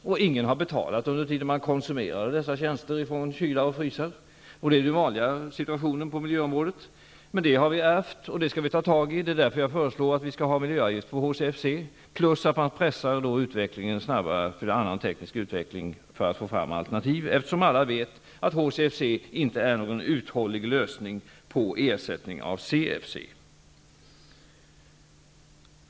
Ingen har heller betalat under den tid dessa tjänster från kylar och frysar har konsumerats, och det är ju den vanliga situationen på miljöområdet. Den här regeringen har ärvt frågorna, och vi skall ta tag i dem. Det är därför jag har föreslagit miljöavgifter på HCFC plus att pressa hastigheten på annan teknisk utveckling för att få fram alternativ. Alla vet att HCFC inte är någon uthållig lösning på ersättningen av CFC.